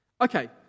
Okay